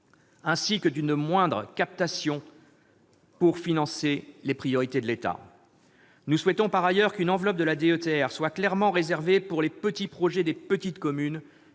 ainsi que d'une moindre captation pour financer les priorités de l'État. Nous souhaitons, par ailleurs, qu'une enveloppe de la DETR soit clairement réservée pour les petits projets des petites communes